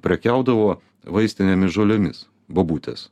prekiaudavo vaistinėmis žolėmis bobutės